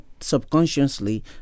subconsciously